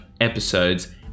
episodes